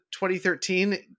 2013